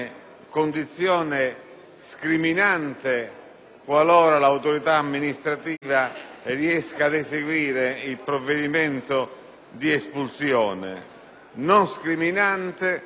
qualora l'autorità amministrativa riesca ad eseguire il provvedimento di espulsione, come non scriminante qualora l'autorità amministrativa